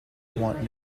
want